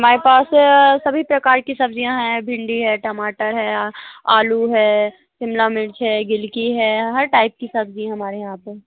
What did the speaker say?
हमारे पास सभी प्रकार की सब्ज़ियाँ हैं भिंडी हैं टमाटर है या आलू है शिमला मिर्च है गिलकी है हर टाइप की सब्ज़ी हमारे यहाँ पर